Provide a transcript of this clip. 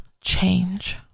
change